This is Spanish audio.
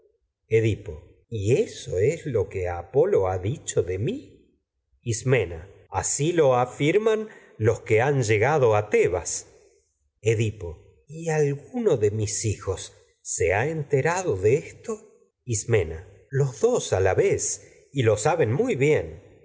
edipo y eso es apolo ha dicho de mi los ismena así lo afirman que han llegado a tebas eblpo en colono edipo esto y alguno de mis hijos se ha enterado de ismena edipo el los y los mi dos a la vez y lo saben muy bien